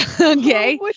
Okay